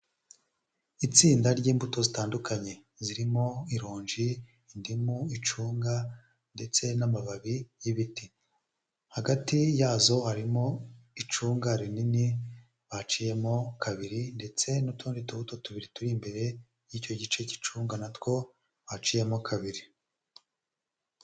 Itsinda ry'imbuto zitandukanye zirimo ironji, indimu, icunga ndetse n'amababi y'ibiti, hagati yazo harimo icunga rinini baciyemo kabiri, ndetse n'utundi tubuto tubiri turi imbere y'icyo gice gicunga, na two baciyemo kabiri.